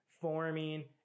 forming